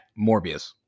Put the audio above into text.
Morbius